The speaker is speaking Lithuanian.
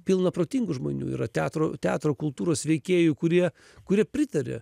pilna protingų žmonių yra teatro teatro kultūros veikėjų kurie kurie pritaria